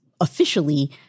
officially